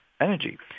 energy